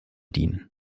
dienen